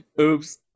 oops